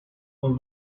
اون